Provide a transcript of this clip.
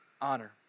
honor